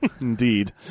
Indeed